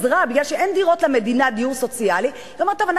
מכיוון שאין דירות למדינה לדיור סוציאלי היא אומרת: